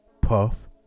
puff